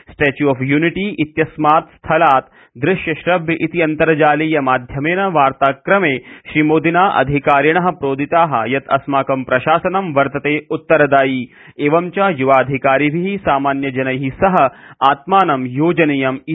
statue of unity इत्यस्मात् स्थलात् दृश्यश्रव्य इति अन्तर्जालीयमाध्यमेन वार्ताक्रमे श्रीमोदिना अधिकारिणः प्रोदिताः यत् अस्माकं प्रशासनं वर्तते उत्तरदायी एवश्व युवाधिकारिभिः सामान्यजनैः सह आत्मानं योजनीयम इति